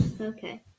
okay